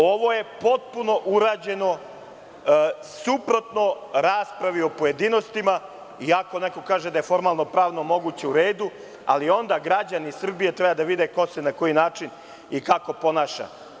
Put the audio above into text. Ovo je urađeno potpuno suprotno raspravi u pojedinostima i ako neko kaže da je to formalno-pravno moguće, u redu, ali onda građani Srbije treba da vide ko se na koji način i kako ponaša.